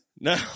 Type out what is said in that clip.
no